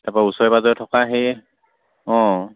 তাৰপৰা ওচৰে পাজৰে থকা সেই অঁ